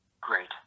great